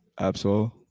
Absol